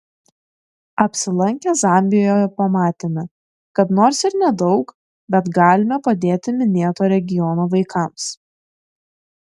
apsilankę zambijoje pamatėme kad nors ir nedaug bet galime padėti minėto regiono vaikams